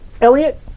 Elliot